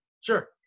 Sure